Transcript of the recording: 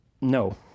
No